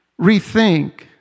rethink